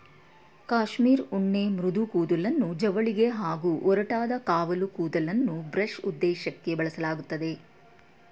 cashmere ಉಣ್ಣೆ ಮೃದು ಕೂದಲನ್ನು ಜವಳಿಗೆ ಹಾಗೂ ಒರಟಾದ ಕಾವಲು ಕೂದಲನ್ನು ಬ್ರಷ್ ಉದ್ದೇಶಕ್ಕೇ ಬಳಸಲಾಗ್ತದೆ